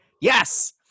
Yes